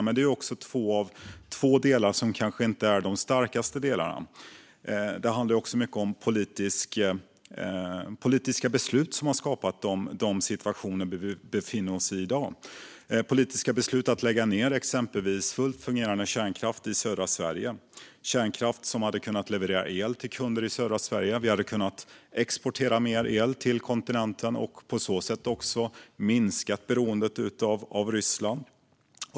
Men dessa två delar är kanske inte de starkaste. Det handlar också mycket om politiska beslut som har skapat den situation vi i dag befinner oss i. Det handlar om politiska beslut om att exempelvis lägga ned fullt fungerande kärnkraft i södra Sverige, kärnkraft som hade kunnat leverera el till kunder i södra Sverige. Vi hade kunnat exportera mer el till kontinenten och på så sätt också minska beroendet av Ryssland.